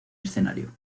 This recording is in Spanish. escenario